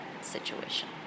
situation